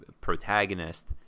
protagonist